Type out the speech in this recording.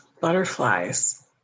Butterflies